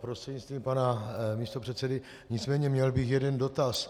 prostřednictvím pana místopředsedy, nicméně měl bych jeden dotaz.